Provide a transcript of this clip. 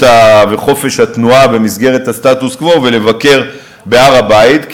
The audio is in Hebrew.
וחופש התנועה במסגרת הסטטוס-קוו ולבקר בהר-הבית.